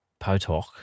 Potok